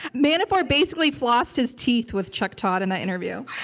manafort basically flossed his teeth with chuck todd in that interview.